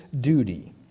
duty